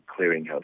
clearinghouse